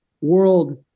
world